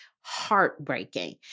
heartbreaking